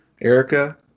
erica